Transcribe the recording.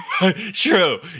True